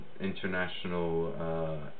International